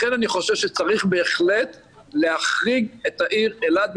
לכן אני חושב שצריך בהחלט להחריג את העיר אילת,